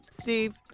Steve